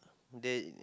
they